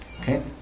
Okay